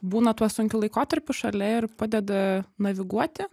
būna tuo sunkiu laikotarpiu šalia ir padeda naviguoti